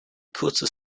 kurzes